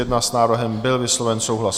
S návrhem byl vysloven souhlas.